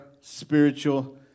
spiritual